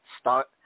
start